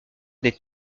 des